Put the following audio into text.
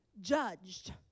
judged